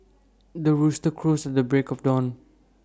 the rooster crows at the break of dawn